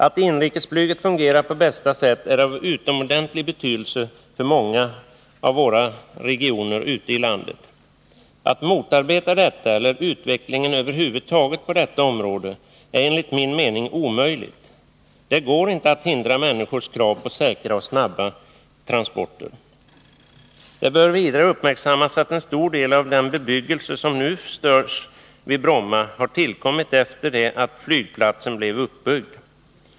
Att inrikesflyget fungerar på bästa sätt är av utomordentlig betydelse för många av våra regioner ute i landet. Att motarbeta detta eller utvecklingen över huvud taget på detta område är enligt min mening omöjligt. Det går inte att hindra människornas krav på säkra och snabba transporter. Det bör vidare uppmärksammas att en stor del av den bebyggelse som nu störs vid Bromma har tillkommit efter det att flygplatsen blev uppbyggd.